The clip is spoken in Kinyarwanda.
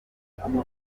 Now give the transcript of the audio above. yajyiye